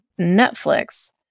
Netflix